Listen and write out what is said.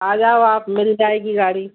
आ जाओ आप मिल जाएगी गाड़ी